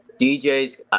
DJ's